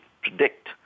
predict